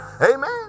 Amen